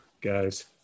guys